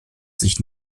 sich